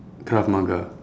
krav maga